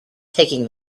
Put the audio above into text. taking